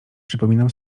przypominam